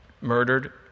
murdered